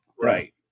Right